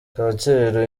kacyiru